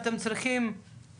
לא, כי זה כל דבר בפני עצמו.